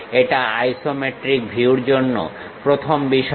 এটা আইসোমেট্রিক ভিউর জন্য প্রথম বিষয়